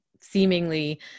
seemingly